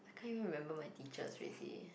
can't even remember my teachers already